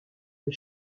mes